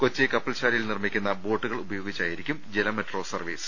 കൊച്ചി കപ്പൽ ശാലയിൽ നിർമ്മിക്കുന്ന ബോട്ടുകൾ ഉപയ്യോഗിച്ചായിരിക്കും ജല മെട്രോ സർവ്വീസ്